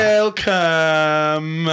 Welcome